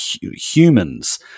humans